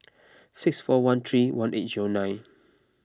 six four one three one eight zero nine